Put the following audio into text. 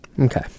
Okay